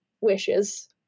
wishes